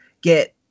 get